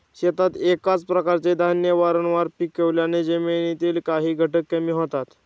शेतात एकाच प्रकारचे धान्य वारंवार पिकवल्याने जमिनीतील काही घटक कमी होतात